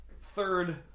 third